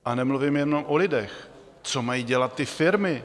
A nemluvím jenom o lidech, co mají dělat firmy?